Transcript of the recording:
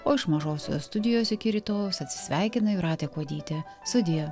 o iš mažosios studijos iki rytojaus atsisveikina jūratė kuodytė sudie